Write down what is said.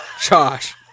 Josh